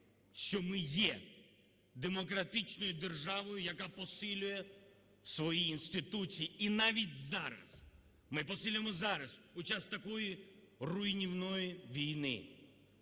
що ми є демократичною державою, яка посилює свої інституції, і навіть зараз, ми посилюємо зараз, у час такої руйнівної війни.